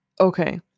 Okay